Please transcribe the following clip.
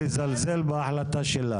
לזלזל בהחלטה שלה.